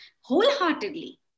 wholeheartedly